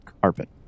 carpet